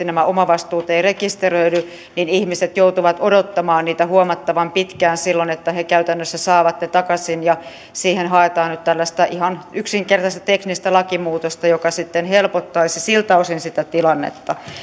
nämä omavastuut eivät reaaliaikaisesti rekisteröidy niin ihmiset joutuvat silloin odottamaan niitä huomattavan pitkään jotta he käytännössä saavat ne takaisin siihen haetaan nyt tällaista ihan yksinkertaista teknistä lakimuutosta joka sitten helpottaisi siltä osin sitä tilannetta